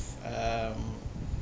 um